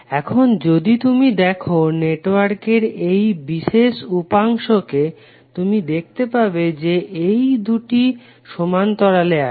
এখন যদি তুমি দেখো নেটওয়ার্কের এই বিশেষ উপাংশকে তুমি দেখতে পাবে যে এই দুটি সমান্তরালে আছে